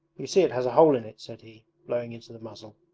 you see it has a hole in it said he, blowing into the muzzle.